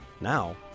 Now